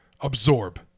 absorb